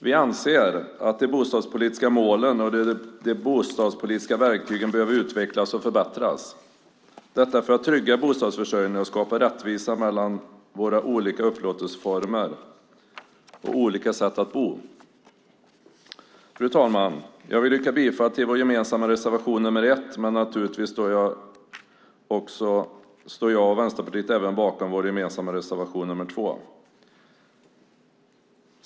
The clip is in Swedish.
Vi anser att de bostadspolitiska målen och de bostadspolitiska verktygen behöver utvecklas och förbättras - detta för att trygga bostadsförsörjningen och skapa rättvisa mellan våra olika upplåtelseformer och olika sätt att bo. Fru talman! Jag vill yrka bifall till vår gemensamma reservation nr 1, men naturligtvis står jag och Vänsterpartiet även bakom den gemensamma reservationen nr 2.